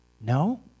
No